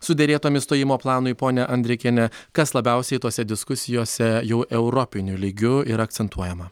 suderėtam išstojimo planui ponia andrikiene kas labiausiai tose diskusijose jau europiniu lygiu yra akcentuojama